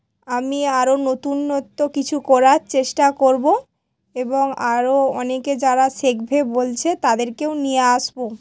আমি আরো নতুনত্ব কিছু করার চেষ্টা করবো এবং আরো অনেকে যারা শিখবে বলছে তাদেরকেও নিয়ে আসবো